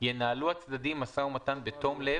ינהלו הצדדים משא ומתן בתום לב,